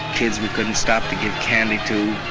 kids we couldn't stop to give candy to,